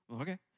Okay